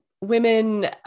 women